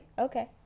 Okay